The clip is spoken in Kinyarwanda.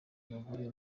abagore